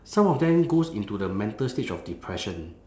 some of them goes into the mental stage of depression